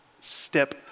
step